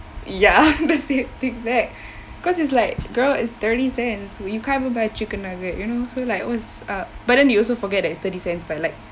ya the same thing back cause it's like girl it's thirty cents where you can't even buy chicken nugget you know so like what's uh but then you also forget that it's thirty cents by like